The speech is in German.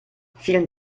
vielen